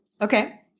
Okay